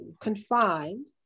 confined